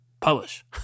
Publish